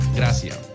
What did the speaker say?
gracias